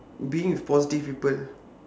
being with positive people